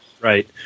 Right